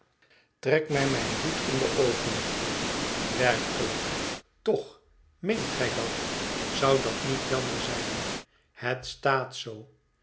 trek mij mijn hoed in de oogen n het verlaten huis werkelijk toch meent gij dat zou dat niet jammer zijn het staat zoo